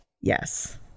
Yes